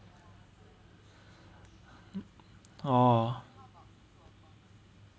orh